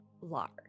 large